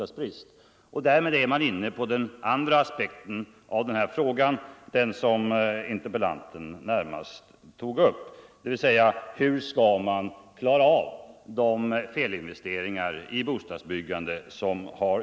Därmed är jag inne på den andra aspekten på den här frågan, den som interpellanten närmast tog upp: Hur skall man klara av de felinvesteringar i bostadsbyggande som gjorts?